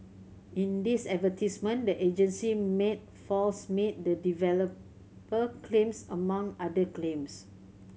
in these the agency made false meet the developer claims among other claims